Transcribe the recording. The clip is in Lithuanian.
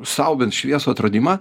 sau bent šviesų atradimą